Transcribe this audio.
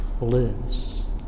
lives